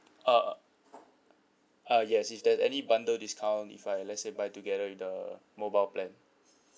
uh uh yes is there any bundle discount if I let's say buy together with the mobile plan